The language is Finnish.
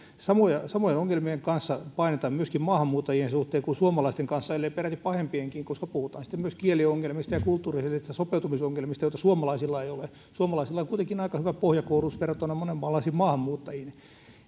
samojen samojen ongelmien kanssa painitaan myöskin maahanmuuttajien suhteen kuin suomalaisten kanssa ellei peräti pahempienkin koska sitten puhutaan myös kieliongelmista ja kulttuurillisista sopeutumisongelmista joita suomalaisilla ei ole suomalaisilla on kuitenkin aika hyvä pohjakoulutus verrattuna monenmaalaisiin maahanmuuttajiin